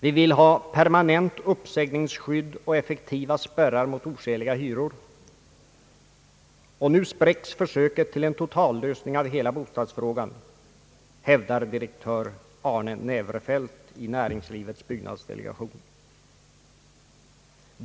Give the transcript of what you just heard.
» Vi vill ha permanent uppsägningsskydd och effektiva spärrar mot oskäliga hyror, och nu spräcks försöket till en totallösning av hela bostadsfrågan», hävdar direktör Arne Näverfelt, Näringslivets byggnadsdelegation.